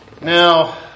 Now